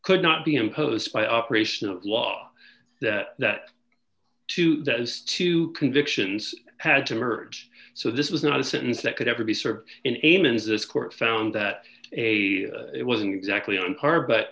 could not be imposed by operation of law that that to those two convictions had to merge so this was not a sentence that could ever be served in a minute this court found that a it wasn't exactly on par but